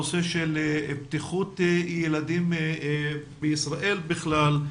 הנושא של בטיחות ילדים בישראל בכלל,